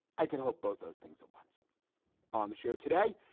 i can hope both those things at once on the show today,